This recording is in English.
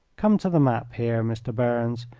come to the map here, mr. burns,